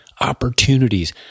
opportunities